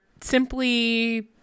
simply